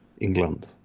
England